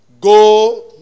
Go